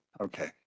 okay